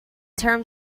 term